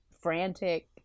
frantic